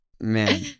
man